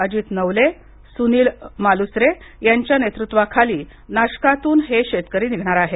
अजित नवले सुनील मालुसरे यांच्या नेतृत्वाखाली नाशकातून हे शेतकरी निघणार आहेत